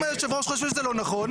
אם יושב הראש חושב שזה לא נכון,